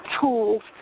tools